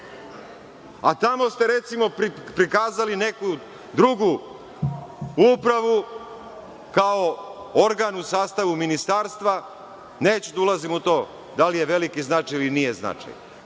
a tamo ste, recimo, prikazali neku drugu upravu kao organ u sastavu ministarstva, neću da ulazim u to da li je veliki značaj ili nije značaj. Kako